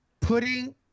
putting